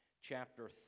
chapter